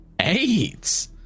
Eight